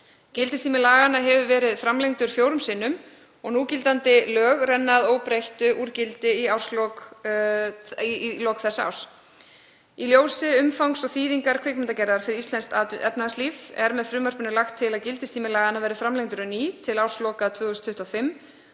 Gildistími laganna hefur verið framlengdur fjórum sinnum og núgildandi lög renna að óbreyttu úr gildi í lok þessa árs. Í ljósi umfangs og þýðingar kvikmyndagerðar fyrir íslenskt efnahagslíf er með frumvarpinu er lagt til að gildistími laganna verði framlengdur á ný til ársloka 2025